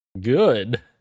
Good